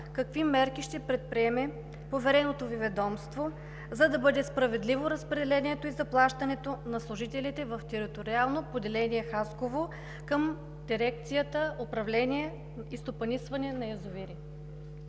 какви мерки ще предприеме повереното Ви ведомство, за да бъде справедливо разпределението и заплащането на служителите в Териториално поделение – Хасково към дирекция „Управление и стопанисване на язовири“?